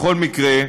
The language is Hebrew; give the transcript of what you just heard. בכל מקרה,